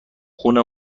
خونه